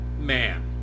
man